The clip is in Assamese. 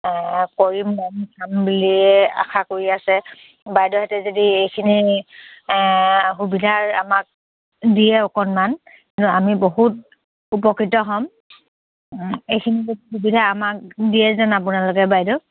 কৰিম ব'ম যম বুলিয়ে আশা কৰি আছে বাইদেউহঁতে যদি এইখিনি সুবিধাৰ আমাক দিয়ে অকণমান কিন্তু আমি বহুত উপকৃত হ'ম এইখিনি যে সুবিধা আমাক দিয়ে যেন আপোনালোকে বাইদেউ